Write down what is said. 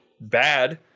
bad